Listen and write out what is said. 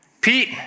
Pete